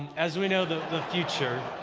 as we know the future